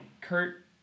Kurt